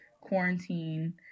quarantine